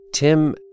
Tim